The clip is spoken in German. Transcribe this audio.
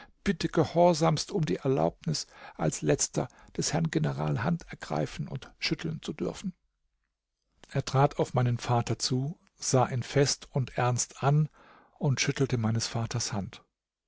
bitte gehorsamst um die erlaubnis als letzter des herrn general hand ergreifen und schütteln zu dürfen er trat auf meinen vater zu sah ihn fest und ernst an und schüttelte meines vaters hand